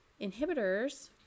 inhibitors